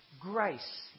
grace